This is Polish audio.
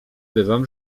bywam